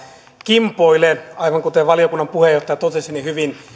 kimpoile aivan kuten valiokunnan puheenjohtaja totesi tämä on hyvin